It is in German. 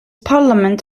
parlament